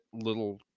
little